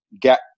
get